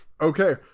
Okay